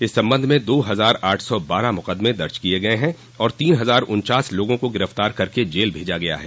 इस संबंध में दो हजार आठ सौ बारह मुकदमें दज किये गये हैं और तीन हजार उन्चास लोगों को गिरफ्तार करके जेल भेजा गया है